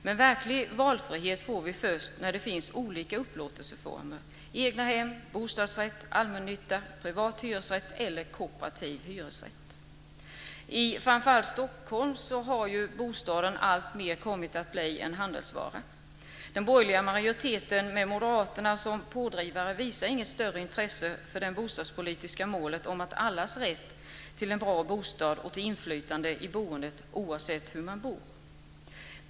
Men verklig valfrihet får vi först när det finns olika upplåtelseformer - egnahem, bostadsrätt, allmännytta, privat hyresrätt eller kooperativ hyresrätt. I framför allt Stockholm har bostaden alltmer kommit att bli en handelsvara. Den borgerliga majoriteten med Moderaterna som pådrivare visar inget större intresse för det bostadspolitiska målet att alla ska ha rätt till en bra bostad och inflytande i boendet oavsett hur de bor.